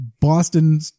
Boston